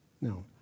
No